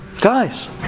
Guys